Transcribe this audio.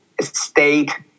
state